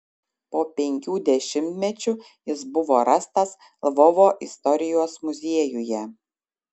po penkių dešimtmečių jis buvo rastas lvovo istorijos muziejuje